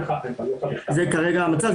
זה כרגע המצב.